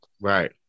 right